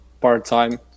part-time